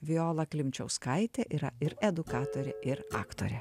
viola klimčiauskaitė yra ir edukatorė ir aktorė